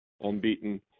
unbeaten